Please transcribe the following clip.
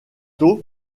tôt